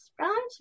right